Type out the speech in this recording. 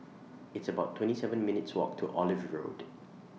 It's about twenty seven minutes' Walk to Olive Road